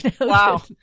Wow